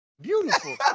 beautiful